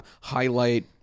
highlight